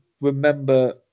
remember